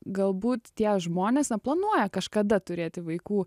galbūt tie žmonės na planuoja kažkada turėti vaikų